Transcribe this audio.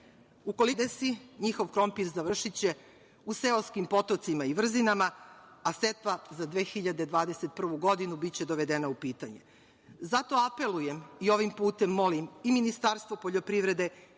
to ne desi, njihov krompir završiće u seoskim potocima i vrzinama, a setva za 2021. godinu biće dovedena u pitanje. Zato apelujem i ovim putem molim i Ministarstvo poljoprivrede